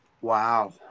Wow